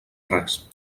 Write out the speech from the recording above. res